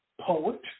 poet